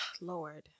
Lord